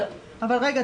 אבל רגע,